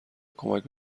کمک